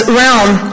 realm